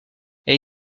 elle